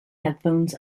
headphones